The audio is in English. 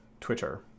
Twitter